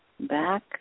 back